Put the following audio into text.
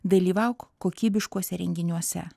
dalyvauk kokybiškuose renginiuose